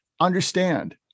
Understand